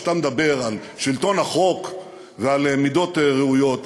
כשאתה מדבר על שלטון החוק ועל מידות ראויות,